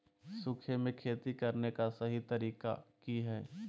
सूखे में खेती करने का सही तरीका की हैय?